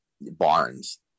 barns